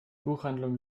buchhandlung